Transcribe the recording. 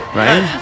right